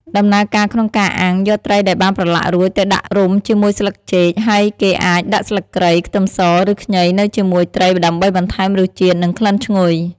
ដំណើរការក្នុងការអាំង យកត្រីដែលបានប្រឡាក់រួចទៅដាក់រុំជាមួយស្លឹកចេក ហើយគេអាចដាក់ស្លឹកគ្រៃ ខ្ទឹមស ឬខ្ញីនៅជាមួយត្រីដើម្បីបន្ថែមរសជាតិ និងក្លិនឈ្ងុយ។